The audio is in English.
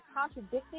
contradicting